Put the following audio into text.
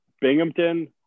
Binghamton